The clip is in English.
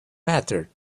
matter